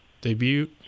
debut –